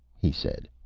he said.